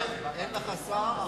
דבר, אין לך שר.